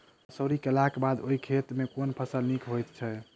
मसूरी केलाक बाद ओई खेत मे केँ फसल नीक होइत छै?